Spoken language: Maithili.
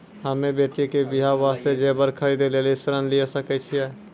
हम्मे बेटी के बियाह वास्ते जेबर खरीदे लेली ऋण लिये सकय छियै?